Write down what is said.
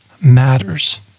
matters